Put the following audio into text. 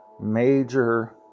major